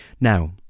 Now